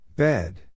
Bed